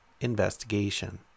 investigation